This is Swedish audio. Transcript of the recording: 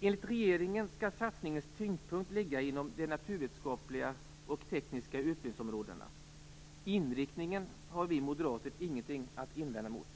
Enligt regeringen skall satsningens tyngdpunkt ligga inom de naturvetenskapliga och tekniska utbildningsområdena. Inriktningen har vi moderater ingenting att invända mot.